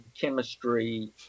chemistry